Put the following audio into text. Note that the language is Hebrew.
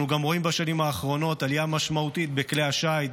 אנחנו גם רואים בשנים האחרונות עלייה משמעותית בכלי השיט,